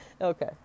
Okay